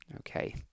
okay